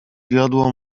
wiodło